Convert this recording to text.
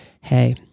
hey